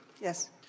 Yes